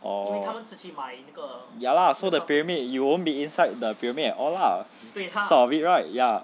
oh ya lah so the pyramid you won't be inside the pyramid at all lah sort of it right ya